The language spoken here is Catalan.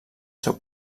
seu